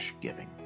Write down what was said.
giving